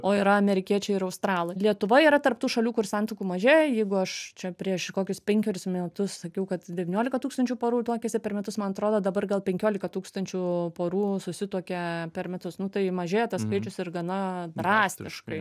o yra amerikiečiai ir australai lietuva yra tarp tų šalių kur santuokų mažėja jeigu aš čia prieš kokius penkerius metus sakiau kad devyniolika tūkstančių porų tuokiasi per metus man atrodo dabar gal penkiolika tūkstančių porų susituokia per metus nu tai mažėja tas skaičius ir gana drastiškai